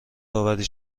داوری